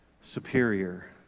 Superior